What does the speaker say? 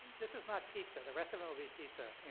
this is not pizza, the rest of them will be pizza